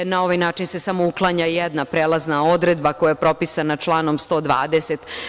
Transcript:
Na ovaj način se samo uklanja jedna prelazna odredba koja je propisana članom 120.